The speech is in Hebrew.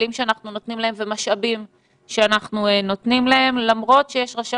כלים שאנחנו נותנים להם ומשאבים שאנחנו נותנים להם למרות שיש ראשי